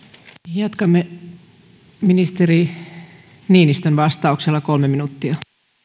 jatkamme ministeri niinistön vastauksella kolme minuuttia